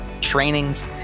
trainings